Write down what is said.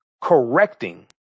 correcting